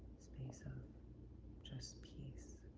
space of just peace.